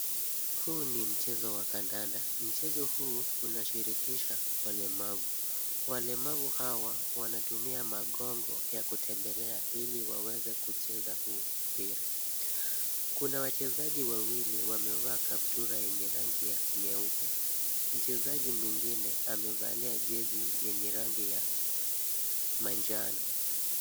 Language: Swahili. Huu ni mchezo wa kandanda. Mchezo huu unasirikisha walemavu. Walemavu hawa wanatumia magongo ya kutembelea ili waweze kucheza huu mpira. Kuna wachezaji wawili wamevaa kaptura yenye rangi nyeupe. Mchezaji mwingine amevalia jezi yenye rangi ya manjano.